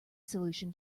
solution